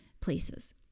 places